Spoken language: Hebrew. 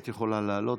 את יכולה לעלות.